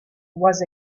was